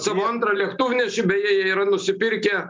savo antrą lėktuvnešį beje jie yra nusipirkę